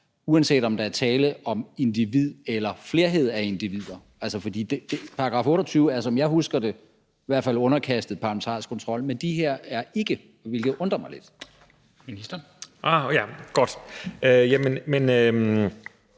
uanset om der er tale om et individ eller en flerhed af individer. For § 28 er, som jeg husker det, i hvert fald underkastet parlamentarisk kontrol, men de her er ikke, hvilket undrer mig lidt. Kl. 21:23